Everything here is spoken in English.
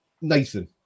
Nathan